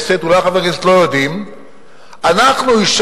אין איש מחברי הכנסת שמתנגד לחוק, לכן אנחנו נעבור